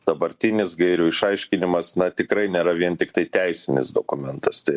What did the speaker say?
dabartinis gairių išaiškinimas na tikrai nėra vien tiktai teisinis dokumentas tai